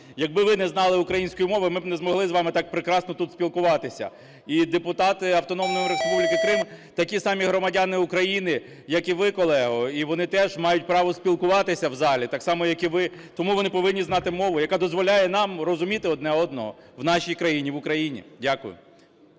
Якби ви не знали української мови, ми б не змогли з вами так прекрасно тут спілкуватися. І депутати Автономної Республіки Крим такі самі громадяни України як і ви, колего, і вони теж мають право спілкуватися в залі так само як і ви. Тому вони повинні знати мову, яка дозволяє нам розуміти один одного в нашій країні в Україні. Дякую.